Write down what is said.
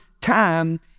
time